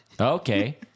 Okay